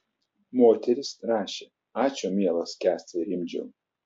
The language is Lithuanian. moteris rašė ačiū mielas kęstai rimdžiau